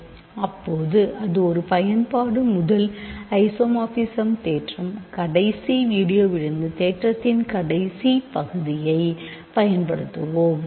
இப்போது அது ஒரு பயன்பாடு முதல் ஐசோமார்பிசம் தேற்றம் கடைசி வீடியோவிலிருந்து தேற்றத்தின் கடைசி பகுதியைப் பயன்படுத்துவோம்